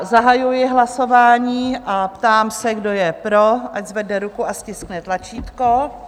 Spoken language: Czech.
Zahajuji hlasování a ptám se, kdo je pro, ať zvedne ruku a stiskne tlačítko.